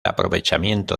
aprovechamiento